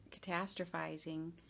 catastrophizing